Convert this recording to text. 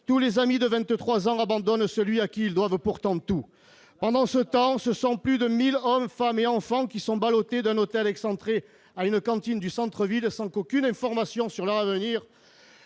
tous les amis de vingt-trois ans abandonnent celui à qui ils doivent pourtant tout. Pendant ce temps, ce sont plus de 1 000 hommes, femmes et enfants qui sont ballotés d'un hôtel excentré à une cantine du centre-ville, sans qu'aucune information sur leur avenir